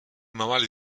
navale